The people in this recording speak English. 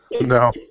No